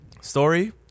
story